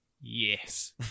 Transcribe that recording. yes